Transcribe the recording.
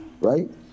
Right